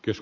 jos